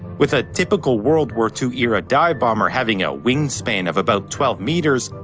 with a typical world war two-era dive bomber having a wingspan of about twelve meters,